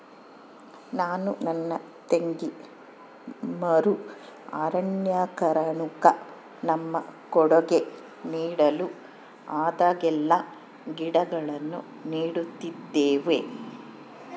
ನಾನು ನನ್ನ ತಂಗಿ ಮರು ಅರಣ್ಯೀಕರಣುಕ್ಕ ನಮ್ಮ ಕೊಡುಗೆ ನೀಡಲು ಆದಾಗೆಲ್ಲ ಗಿಡಗಳನ್ನು ನೀಡುತ್ತಿದ್ದೇವೆ